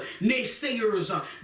naysayers